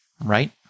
right